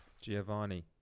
Giovanni